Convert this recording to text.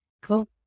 Cool